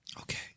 Okay